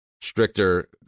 stricter